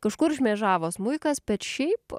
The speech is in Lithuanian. kažkur šmėžavo smuikas bet šiaip